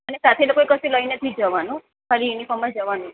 અને સાથે એ લોકો કશું લઈ નથી જવાનું ખાલી યુનિફોર્મમાં જવાનું છે